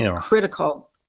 critical